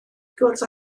gwrdd